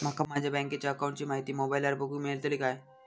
माका माझ्या बँकेच्या अकाऊंटची माहिती मोबाईलार बगुक मेळतली काय?